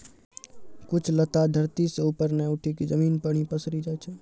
कुछ लता धरती सं ऊपर नाय उठी क जमीन पर हीं पसरी जाय छै